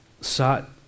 sought